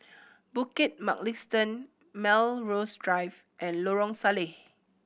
Bukit Mugliston Melrose Drive and Lorong Salleh